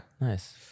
Nice